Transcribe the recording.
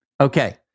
Okay